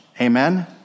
amen